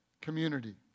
Community